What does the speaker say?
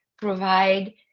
provide